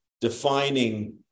defining